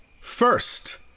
first